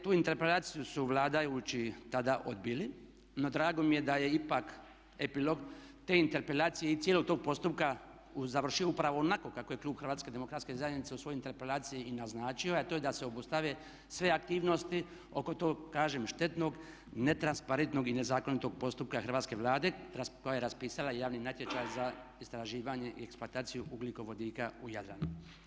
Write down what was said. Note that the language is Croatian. Tu interpelaciju su vladajući tada odbili, no drago mi je da je ipak epilog te interpelacije i cijelog tog postupka završio upravo onako kako je klub HDZ-a u svojoj interpelaciji i naznačio a to je da se obustave sve aktivnosti oko tog kažem štetnog, netransparentnog i nezakonitog postupka Hrvatske vlade koja je raspisala javni natječaj za istraživanje i eksploataciju ugljikovodika u Jadranu.